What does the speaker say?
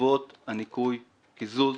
בעקבות ניכוי או קיזוז